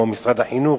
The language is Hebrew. או משרד החינוך,